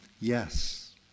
yes